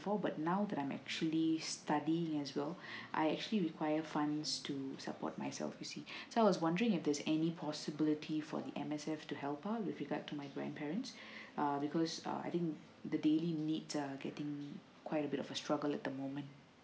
before but now that I'm actually studying as well I actually require funds to support myself you see so I was wondering if there's any possibility for the M_S_F to help out with regard to my grandparents err because err I think the daily needs uh getting quite a bit of a struggle the moment